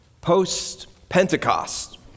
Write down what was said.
post-Pentecost